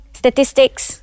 statistics